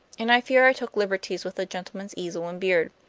and i fear i took liberties with the gentleman's easel and beard.